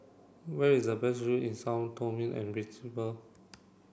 where is the best view in Sao Tome and Principe